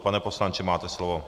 Pane poslanče, máte slovo.